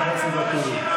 חבר הכנסת ואטורי,